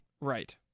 right